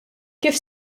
kif